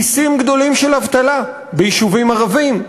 כיסים גדולים של אבטלה ביישובים ערביים,